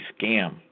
scam